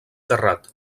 terrat